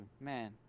Man